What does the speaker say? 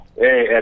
Hey